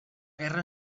guerra